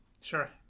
sure